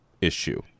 issue